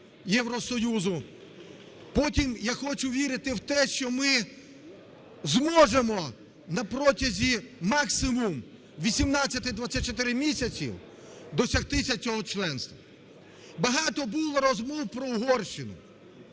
Євросоюзу, потім я хочу вірити в те, що ми зможемо на протязі максимум 18-24 місяців досягтися цього членства. Багато було розмов про Угорщину.